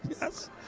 Yes